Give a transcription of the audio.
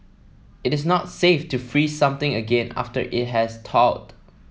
it is not safe to freeze something again after it has thawed